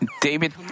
David